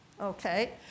okay